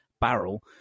barrel